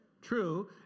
True